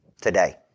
today